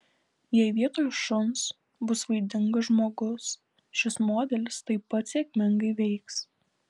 jei vietoj šuns bus vaidingas žmogus šis modelis taip pat sėkmingai veiks